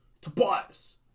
Tobias